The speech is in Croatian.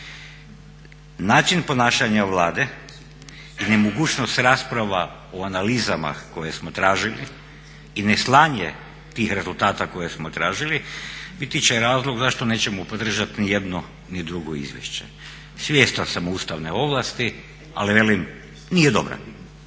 Način ponašanja Vlade i nemogućnost rasprava o analizama koje smo tražili i neslanje tih rezultata koje smo tražili biti će razlog zašto nećemo podržat ni jedno ni drugo izvješće. Svjestan sam ustavne ovlasti, ali velim nije dobra.